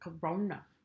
corona